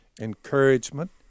encouragement